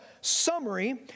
summary